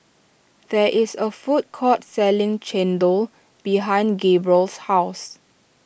there is a food court selling Chendol behind Gabriel's house